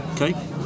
Okay